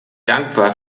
dankbar